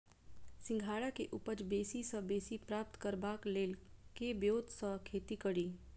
सिंघाड़ा केँ उपज बेसी सऽ बेसी प्राप्त करबाक लेल केँ ब्योंत सऽ खेती कड़ी?